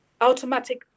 automatic